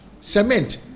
Cement